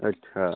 अच्छा